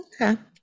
okay